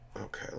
Okay